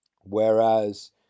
whereas